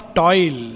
toil